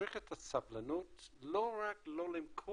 צריך את הסבלנות לא רק לא למכור,